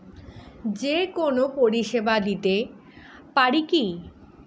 যে কোনো পরিষেবা দিতে পারি কি?